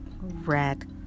red